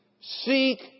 seek